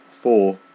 Four